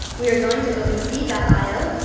we are going to opensea and io,